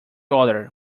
other